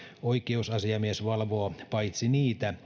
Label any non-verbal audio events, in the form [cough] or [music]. oikeusasiamies valvoo paitsi niitä [unintelligible]